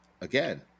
again